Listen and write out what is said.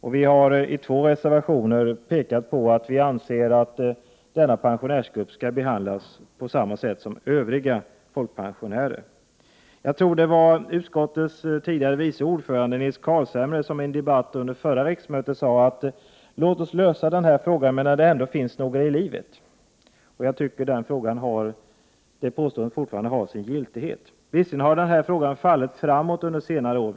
Vi har i två reservationer påpekat att vi anser att denna pensionärsgrupp skall behandlas på samma sätt som övriga folkpensionärer. Jag tror att det var utskottets tidigare vice ordförande Nils Carlshamre som i en debatt under förra riksmötet sade: Låt oss lösa den här frågan medan det ännu finns några i livet. Jag tycker att detta fortfarande har sin giltighet. Visserligen har frågan fallit framåt under senare år.